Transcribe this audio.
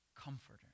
comforter